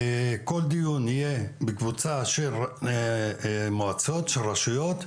כל דיון יהיה בקבוצה של מועצות, של רשויות.